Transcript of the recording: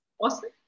Awesome